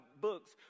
books